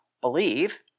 believe